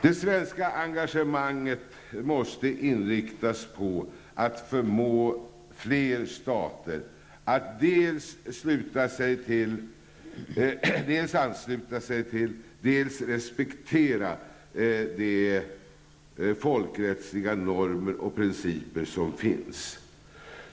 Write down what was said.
Det svenska engagemanget måste inriktas på att förmå fler stater att dels ansluta sig till, dels respektera de folkrättsliga normer och principer som finns.